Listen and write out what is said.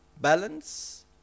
balance